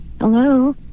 hello